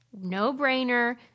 no-brainer